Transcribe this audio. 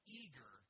eager